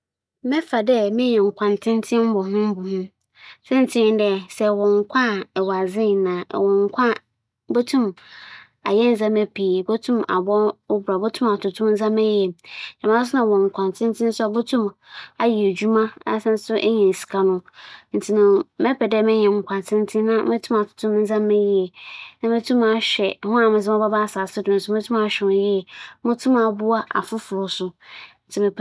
Sika a wͻbͻbͻ ho ebien ama me nna nkwa tsentsen a wͻbͻbͻ ho ebien ama me dze, nkyɛ mepɛ sika a wͻabͻ ho ebien ama me. Ewͻ sika a itum dzi ndzɛmba ma ͻboa wo mpo ma inyin kyɛr na ewͻ nkwa tsentsen na nnyi sika a, ebɛyɛ dɛn atsena, ebɛyɛ dɛn edzidzi. Ntsi emi dze muhun dɛ otwar dɛ menya sika na mobͻ ho kyɛn dɛ mebenya nkwa tsentsen a ͻbͻ ho.